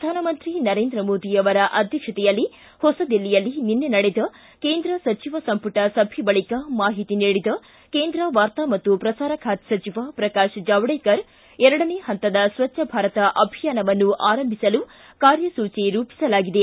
ಪ್ರಧಾನಮಂತ್ರಿ ನರೇಂದ್ರ ಮೋದಿ ಅವರ ಅಧ್ಯಕ್ಷತೆಯಲ್ಲಿ ಹೊಸದಿಲ್ಲಿಯಲ್ಲಿ ನಿನ್ನೆ ನಡೆದ ಕೇಂದ್ರ ಸಚಿವ ಸಂಪುಟ ಸಭೆ ಬಳಿಕ ಮಾಹಿತಿ ನೀಡಿದ ಕೇಂದ್ರ ವಾರ್ತಾ ಮತ್ತು ಪ್ರಸಾರ ಖಾತೆ ಸಚಿವ ಪ್ರಕಾಶ್ ಜಾವಡೇಕರ್ ಎರಡನೇ ಹಂತದ ಸ್ವಚ್ಗ ಭಾರತ ಅಭಿಯಾನವನ್ನು ಆರಂಭಿಸಲು ಕಾರ್ಯಸೂಚಿ ರೂಪಿಸಲಾಗಿದೆ